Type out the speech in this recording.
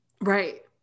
right